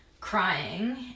crying